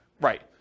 Right